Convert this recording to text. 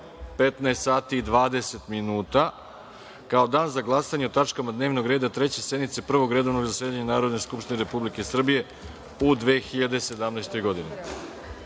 i 20 minuta, kao dan za glasanje o tačkama dnevnog reda Treće sednice Prvog redovnog zasedanja Narodne skupštine Republike Srbije u 2017. godini.(Posle